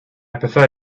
prefer